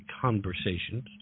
conversations